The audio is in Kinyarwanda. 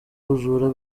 ubujura